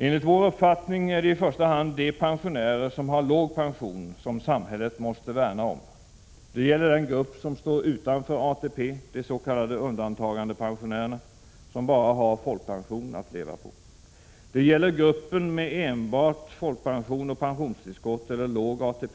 Enligt vår uppfattning är det i första hand de pensionärer som har låg pension som samhället måste värna om. Det gäller den grupp som står utanför ATP, de s.k. undantagandepensionärerna, som bara har folkpension att leva på. Det gäller gruppen med enbart folkpension och pensionstillskott eller låg ATP.